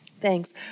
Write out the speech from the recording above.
Thanks